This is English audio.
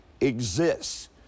exists